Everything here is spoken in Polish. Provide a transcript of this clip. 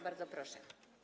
Bardzo proszę.